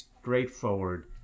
straightforward